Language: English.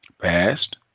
past